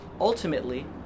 ultimately